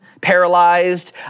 paralyzed